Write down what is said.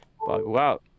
Wow